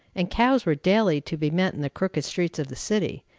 and cows were daily to be met in the crooked streets of the city,